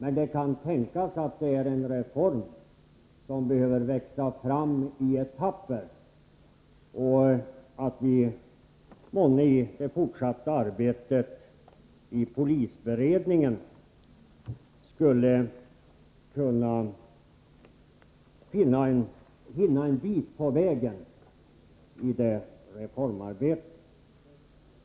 Men det kan tänkas att det är en reform som behöver växa fram i etapper och att vi månne i det fortsatta arbetet i polisberedningen skulle kunna hinna en bit på väg i det reformarbetet.